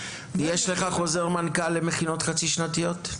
--- יש לך חוזר מנכ"ל למכינות חצי-שנתיות?